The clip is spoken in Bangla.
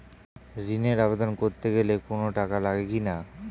ঋণের আবেদন করতে গেলে কোন টাকা লাগে কিনা?